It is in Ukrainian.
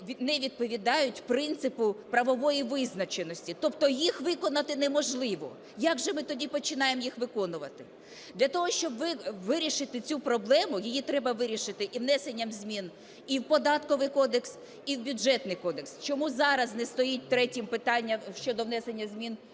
не відповідають принципу правової визначеності. Тобто їх виконати неможливо. Як же ми тоді починаємо їх виконувати? Для того, щоб вирішити цю проблему, її треба вирішити і внесенням змін і в Податковий кодекс, і в Бюджетний кодекс. Чому зараз не стоїть третім питання щодо внесення змін